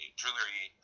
jewelry